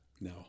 No